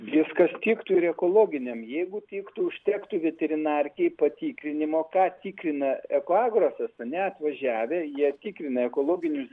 viskas tiktų ir ekologiniam jeigu tiktų užtektų veterinarkėj patikrinimo ką tikina ekoagrosas ane atvažiavę jie tikrina ekologinius